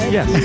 Yes